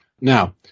Now